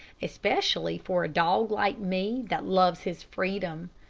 especially for a dog like me that loves his freedom.